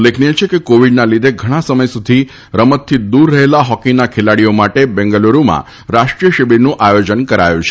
ઉલ્લેખનીય છે કે કોવીડના લીધે ઘણા સમય સુધી રમતથી દુર રહેલા હોકીના ખેલાડીઓ માટે બેંગલુરુમાં રાષ્ટ્રીય શિબીરનું આયોજન કરાયું છે